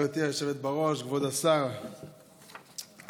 גברתי היושבת בראש, כבוד השר, האמת,